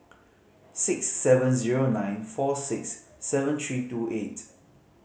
six seven zero nine four six seven three two eight